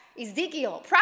Ezekiel